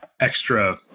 extra